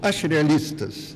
aš realistas